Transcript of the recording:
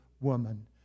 woman